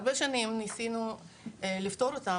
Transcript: הרבה שנים ניסינו לפתור אותם,